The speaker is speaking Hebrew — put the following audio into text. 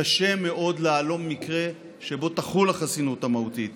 קשה מאוד למצוא מקרה הולם שבו תחול החסינות המהותית.